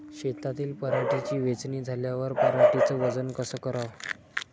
शेतातील पराटीची वेचनी झाल्यावर पराटीचं वजन कस कराव?